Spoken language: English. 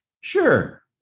sure